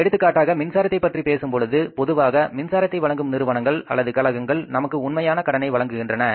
எடுத்துக்காட்டாக மின்சாரத்தைப் பற்றி பேசும்பொழுது பொதுவாக மின்சாரத்தை வழங்கும் நிறுவனங்கள் அல்லது கழகங்கள் நமக்கு உண்மையான கடனை வழங்குகின்றன